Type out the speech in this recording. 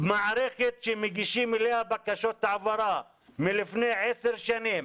מערכת שמגישים אליה בקשות העברה מלפני עשר שנים,